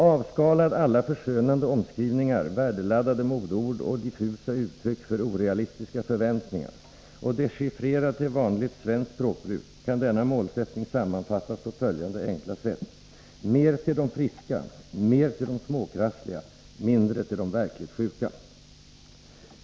Avskalad alla förskönande omskrivningar, värdeladdade modeord och diffusa uttryck för orealistiska förväntningar och dechiffrerad till vanligt svenskt språkbruk, kan denna målsättning sammanfattas på följande enkla sätt: Mindre till de verkligt sjuka.